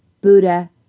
Buddha